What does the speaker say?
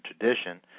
tradition